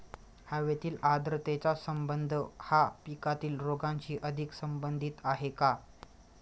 हवेतील आर्द्रतेचा संबंध हा पिकातील रोगांशी अधिक संबंधित आहे का?